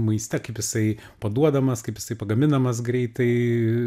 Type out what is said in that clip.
maiste kaip jisai paduodamas kaip jisai pagaminamas greitai